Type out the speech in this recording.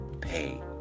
pay